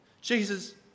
Jesus